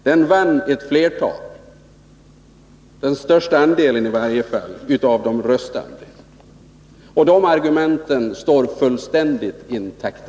Den vann den största andelen av de röstande, och de argumenten står fullständigt intakta.